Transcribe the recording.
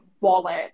wallet